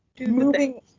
Moving